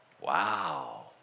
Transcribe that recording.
Wow